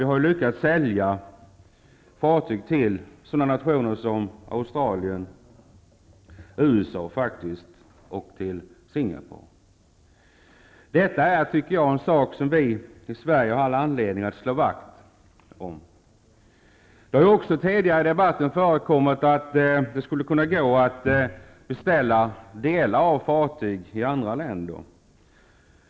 Vi har lyckats sälja fartyg till sådana nationer som Australien, USA och Singapore. Detta är, tycker jag, en sak som vi i Sverige har all anledning att slå vakt om. Det har också tidigare i debatten sagts att det skulle kunna gå att betälla delar av fartyg i andra länder.